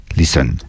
Listen